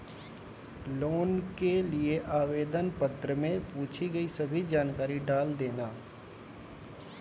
loan के लिए आवेदन पत्र में पूछी गई सभी जानकारी डाल देना